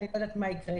אני לא יודעת מה יקרה,